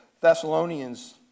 Thessalonians